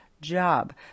job